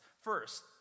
First